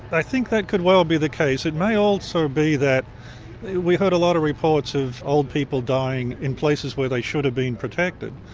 i think that could well be the case. it may also so be that we heard a lot of reports of old people dying in places where they should have been protected.